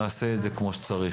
נעשה את זה כמו שצריך.